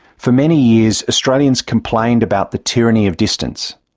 for many years, australians complained about the tyranny of distance.